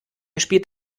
spielt